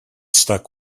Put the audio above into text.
stuck